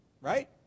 Right